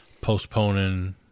postponing